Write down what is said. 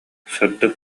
сырдык